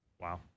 Wow